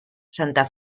santa